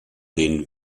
den